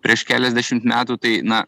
prieš keliasdešimt metų tai na